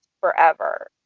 forever